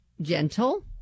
gentle